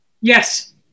Yes